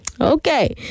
okay